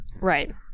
Right